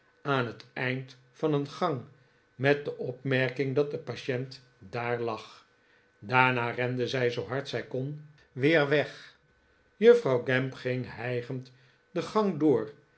aan het eind van een gang met de opmerking dat de patient daar lag daarna rende zij zoo hard zij kon weei weg juffrouw gamp ging hijgend de gang door